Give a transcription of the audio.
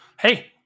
Hey